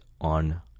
on